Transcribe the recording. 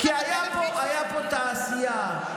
כי הייתה פה תעשייה.